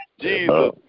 Jesus